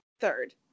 third